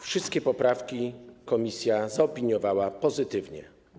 Wszystkie poprawki komisja zaopiniowała pozytywnie.